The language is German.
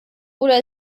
oder